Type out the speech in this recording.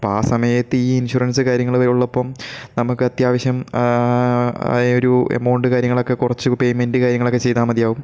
അപ്പം ആ സമയത്ത് ഈ ഇൻഷുറൻസ് കാര്യങ്ങൾ ഇവരുള്ളപ്പം നമുക്ക് അത്യാവശ്യം ആയ ഒരു എമൗണ്ട് കാര്യങ്ങളൊക്കെ കുറച്ച് പെയ്മെൻറ്റ് കാര്യങ്ങളൊക്കെ ചെയ്താൽ മതിയാകും